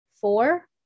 Four